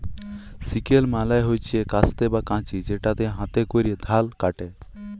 sickle মালে হচ্যে কাস্তে বা কাঁচি যেটাতে হাতে ক্যরে ধাল কাটে